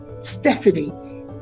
Stephanie